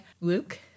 Luke